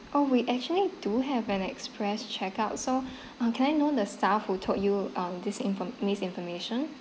oh we actually do have an express checkout so uh can I know the staff who told you um this info~ this information